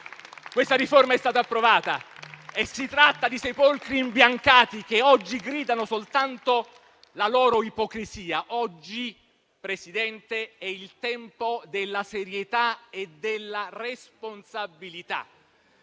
questa riforma è stata approvata. E si tratta di sepolcri imbiancati, che oggi gridano soltanto la loro ipocrisia. Oggi, Presidente, è il tempo della serietà e della responsabilità.